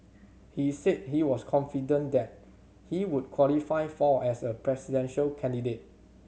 he said he was confident that he would qualify for as a presidential candidate